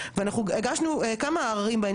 עררים תלויים ועומדים וכמה עררים שנשללו,